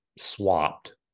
swapped